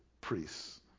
priests